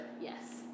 yes